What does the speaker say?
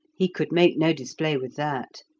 he could make no display with that.